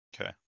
Okay